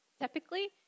Typically